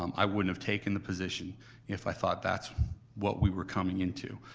um i wouldn't have taken the position if i thought that's what we were coming into.